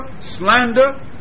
slander